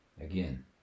Again